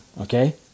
okay